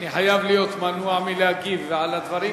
אני חייב להיות מנוע מלהגיב על הדברים.